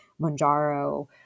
Monjaro